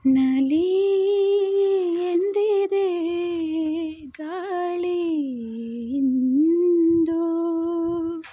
ನಲೀ ಎಂದಿದೇ ಗಾಳೀ ಇಂದೂ